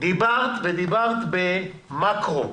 דיברת במקרו.